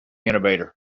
innovator